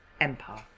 empire